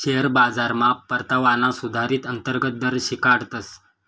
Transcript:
share बाजारमा परतावाना सुधारीत अंतर्गत दर शिकाडतस